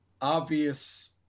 obvious